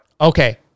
Okay